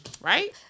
right